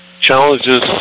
challenges